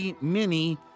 Mini